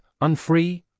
unfree